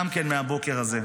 גם כן מהבוקר הזה: